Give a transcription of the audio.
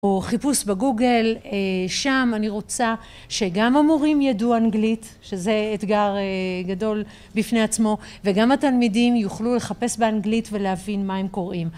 או חיפוש בגוגל, שם אני רוצה שגם המורים ידעו אנגלית שזה אתגר גדול בפני עצמו וגם התלמידים יוכלו לחפש באנגלית ולהבין מה הם קוראים